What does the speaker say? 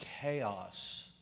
chaos